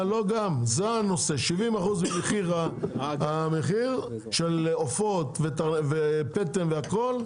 לא גם, זה הנושא, 70% ממחיר העופות ופתם והכל,